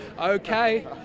Okay